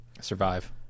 survive